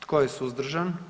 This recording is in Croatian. Tko je suzdržan?